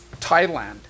Thailand